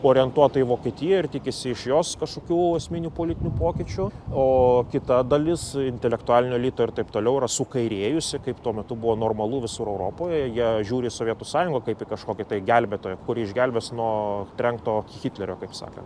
orientuota į vokietiją ir tikisi iš jos kažkokių esminių politinių pokyčių o kita dalis intelektualinio elito ir taip toliau yra sukairėjusi kaip tuo metu buvo normalu visur europoje jie žiūri į sovietų sąjunga kaip į kažkokį tai gelbėtoją kuri išgelbės nuo trenkto hitlerio kaip sakant